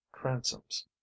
transoms